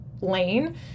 lane